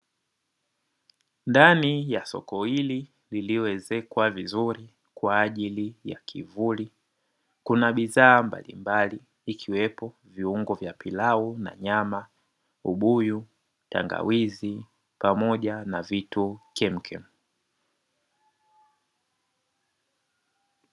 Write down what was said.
Ndani ya soko hili lililoezekwa vizuri kwa ajili ya kivuli kuna bidhaa mbalimbali ikiwepo viungo vya pilau na nyama, ubuyu, tangawizi pamoja na vitu kemukemu.